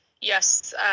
Yes